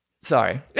Sorry